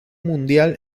mundial